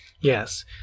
Yes